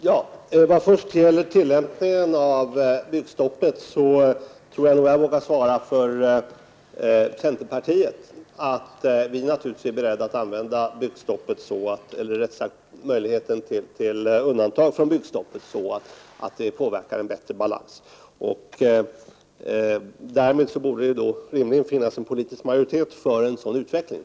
Fru talman! När det gäller tillämpningen av byggstoppet tror jag att jag vågar svara på centerpartiets vägnar att centerpartiet naturligtvis är berett att använda möjligheten till undantag från byggstoppet på ett sådant sätt att det medverkar till en bättre balans. Därmed borde det rimligen finnas en politisk majoritet för en sådan utveckling.